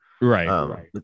right